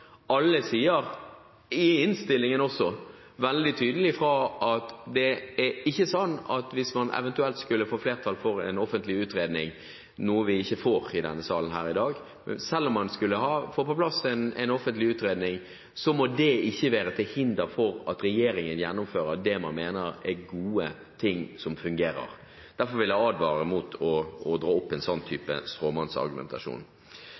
Alle sier veldig tydelig fra, også i innstillingen, at det er ikke slik at om en eventuelt skulle få flertall for en offentlig utredning, noe vi ikke får i denne salen i dag, må ikke det være til hinder for at regjeringen gjennomfører det man mener er gode ting som fungerer. Derfor vil jeg advare mot å dra inn en